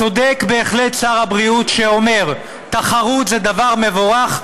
צודק בהחלט שר הבריאות כשהוא אומר: תחרות זה דבר מבורך,